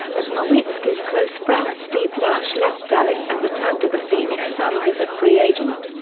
but nowitzki's close friend steve nash left dallas and returned to the phoenix suns as a free agent.